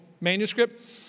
manuscript